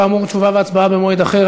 כאמור, תשובה והצבעה במועד אחר.